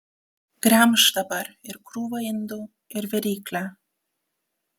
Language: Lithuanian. gremžk dabar ir krūvą indų ir viryklę